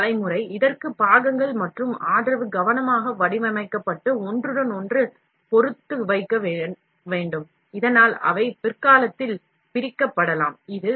ஆதரவு உருவாக்குதல் இதற்கு பாகங்கள் மற்றும் ஆதரவு கவனமாக வடிவமைக்கப்பட்டு ஒன்றுக்கொன்று பொறுத்து வைக்கப்பட வேண்டும் இதனால் அவை பிற்காலத்தில் பிரிக்கப்படலாம்